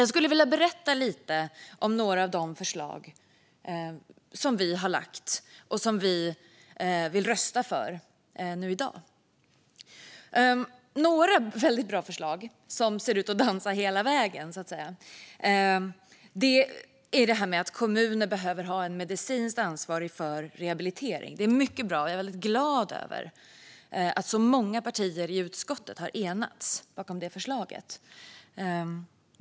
Jag skulle vilja berätta lite om några av de förslag som vi har lagt fram och som vi vill rösta för nu i dag. Ett av de väldigt bra förslag som ser ut att dansa hela vägen, så att säga, är det om att kommuner ska ha en medicinskt ansvarig för rehabilitering. Det är mycket bra. Jag är väldigt glad över att så många partier i utskottet har enats om det förslaget.